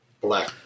Black